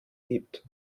gibt